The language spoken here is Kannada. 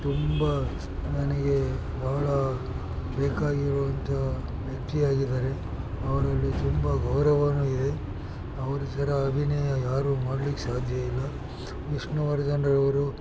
ತುಂಬ ನನಗೆ ಬಹಳ ಬೇಕಾಗಿರುವಂಥ ವ್ಯಕ್ತಿಯಾಗಿದ್ದಾರೆ ಅವರಲ್ಲಿ ತುಂಬ ಗೌರವನೂ ಇದೆ ಅವ್ರು ಥರ ಅಭಿನಯ ಯಾರೂ ಮಾಡ್ಲಿಕ್ಕೆ ಸಾಧ್ಯ ಇಲ್ಲ ವಿಷ್ಣುವರ್ಧನರವ್ರು